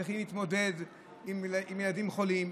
וצריכים להתמודד עם ילדים חולים,